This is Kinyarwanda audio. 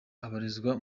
abarizwa